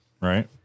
Right